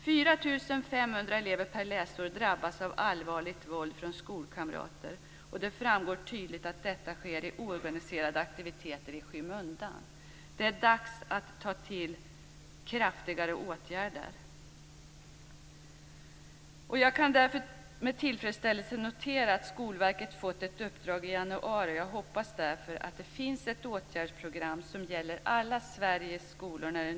4 500 elever drabbas varje läsår av allvarligt våld från skolkamrater. Det framgår tydligt att detta sker i samband med oorganiserade aktiviteter i skymundan. Det är alltså dags att ta till kraftigare åtgärder. Jag kan därför med tillfredsställelse notera att Skolverket i januari fick ett uppdrag. Jag hoppas således att det när det nya läsåret startar till hösten finns ett åtgärdsprogram som gäller alla Sveriges skolor.